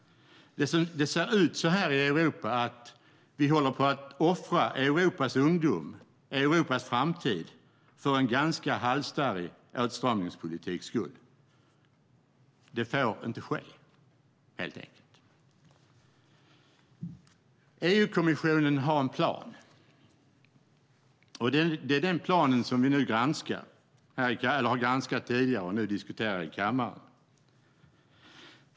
Vi håller på att offra Europas ungdom, Europas framtid, för en ganska halsstarrig åtstramningspolitiks skull. Det får helt enkelt inte ske. EU-kommissionen har en plan. Det är den planen som vi har granskat tidigare och nu diskuterar i kammaren.